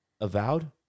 avowed